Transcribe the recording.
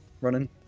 running